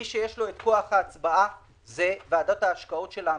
מי שיש לו את כוח ההצבעה זה ועדת ההשקעות של העמיתים.